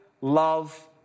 love